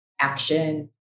action